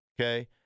okay